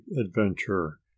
Adventure